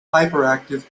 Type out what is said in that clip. hyperactive